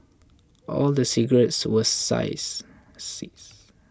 all the cigarettes were size seized